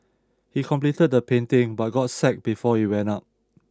he completed the painting but got sacked before it went up